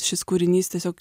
šis kūrinys tiesiog